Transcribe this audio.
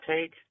take